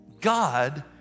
God